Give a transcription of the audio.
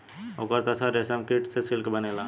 ओकर तसर रेशमकीट से सिल्क बनेला